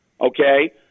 Okay